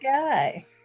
guy